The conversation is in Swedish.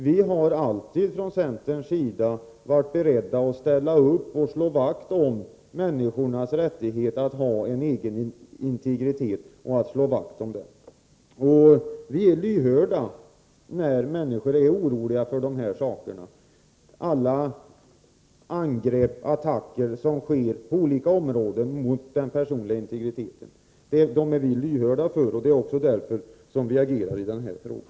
Vi har alltid från centerns sida varit beredda att ställa upp för och slå vakt om människornas rättighet att ha en egen integritet. Vi är lyhörda när människor är oroliga för de angrepp och attacker som sker på olika områden mot den personliga integriteten. Det är också därför som vi agerar i den här frågan.